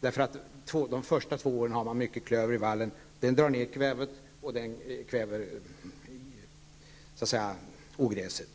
eftersom man de två första åren har mycket klöver i vallen och den drar ner kvävet och kväver ogräset.